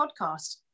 podcast